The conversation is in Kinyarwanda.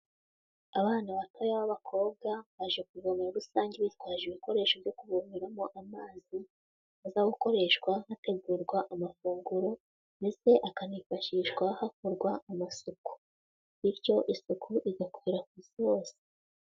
Abana batoya b'abakobwa baje ku ivomero rusange bitwaje ibikoresho byo kuvomeramo amazi aza gukoreshwa hategurwa amafunguro, ndetse akanifashishwa hakorwa amasuku. Bityo isuku igakwira ku isi hose.